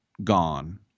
Gone